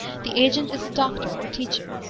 the agent is a doctor or teacher,